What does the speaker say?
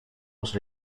was